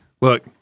Look